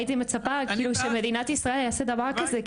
א.ל: הייתי מצפה שמדינת ישראל תעשה דבר כזה,